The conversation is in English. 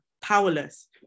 powerless